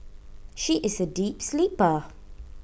she is A deep sleeper